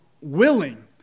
willing